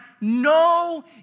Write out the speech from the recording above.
no